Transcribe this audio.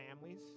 families